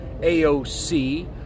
AOC